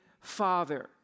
father